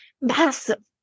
massive